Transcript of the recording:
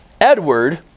Edward